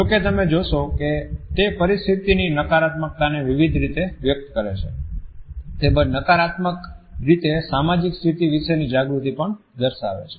જો કે તમે જોશો કે તે પરિસ્થિતિની નકારાત્મકતાને વિવિધ રીતે વ્યક્ત કરે છે તેમજ નકારાત્મક રીતે સામાજિક સ્થિતિ વિશેની જાગૃતિ પણ દર્શાવે છે